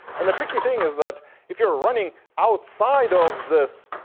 and the tricky thing is that if you're running outside of this